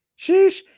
Sheesh